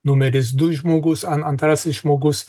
numeris du žmogus antrasis žmogus